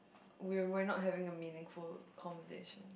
we we're not having a meaningful conversation